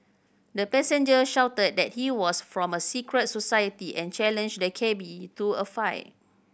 the passenger shouted that he was from a secret society and challenged the cabby to a fight